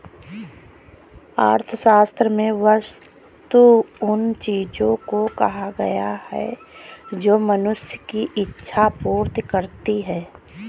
अर्थशास्त्र में वस्तु उन चीजों को कहा गया है जो मनुष्य की इक्षा पूर्ति करती हैं